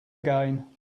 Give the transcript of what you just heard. again